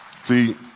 See